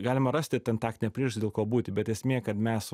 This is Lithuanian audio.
galima rasti ten taktinę priežastį dėl ko būti bet esmė kad mes